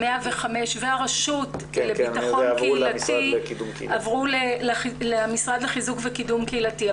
105 והרשות לביטחון קהילתי עברו למשרד לחיזוק וקידום קהילתי.